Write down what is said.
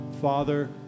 Father